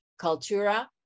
Cultura